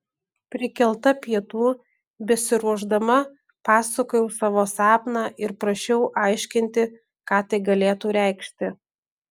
prikelta pietų besiruošdama pasakojau savo sapną ir prašiau aiškinti ką tai galėtų reikšti